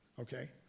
okay